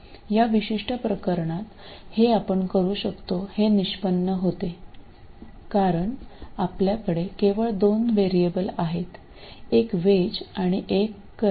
या विशिष्ट प्रकरणात हे आपण करू शकतो हे निष्पन्न होते कारण आपल्याकडे केवळ दोन व्हेरिएबल आहेत एक वेज आणि एक करंट